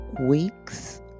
weeks